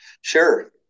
Sure